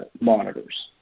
monitors